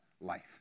life